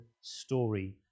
story